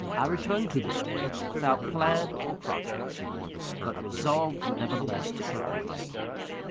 i returned to the square, without plan or project but resolved, nevertheless, to carry my point.